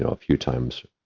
ah a few times,